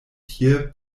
tie